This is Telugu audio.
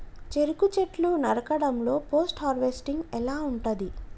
చెరుకు చెట్లు నరకడం లో పోస్ట్ హార్వెస్టింగ్ ఎలా ఉంటది?